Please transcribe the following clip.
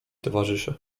towarzysze